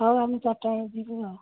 ହଉ ଆମେ ଚାରିଟା ବେଳେ ଯିବୁ ଆଉ